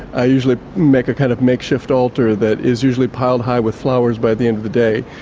i usually make a kind of makeshift altar that is usually piled high with flowers by the end of the day.